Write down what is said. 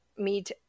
meet